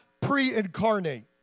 pre-incarnate